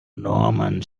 norman